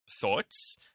thoughts